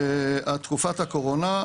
תקופת הקורונה.